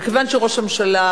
וכיוון שראש הממשלה